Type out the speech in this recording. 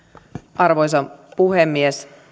arvoisa puhemies